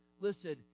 listen